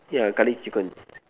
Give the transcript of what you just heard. yeah Curry chicken